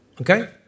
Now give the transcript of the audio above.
Okay